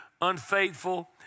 unfaithful